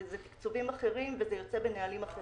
זה תקצובים אחרים וזה יוצא בנהלים אחרים.